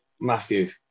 Matthew